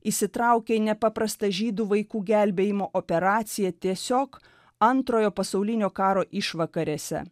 įsitraukė į nepaprastą žydų vaikų gelbėjimo operaciją tiesiog antrojo pasaulinio karo išvakarėse